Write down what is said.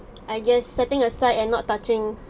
I guess setting aside and not touching